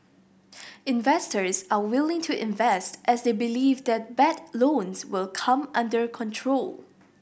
investors are willing to invest as they believe that bad loans will come under control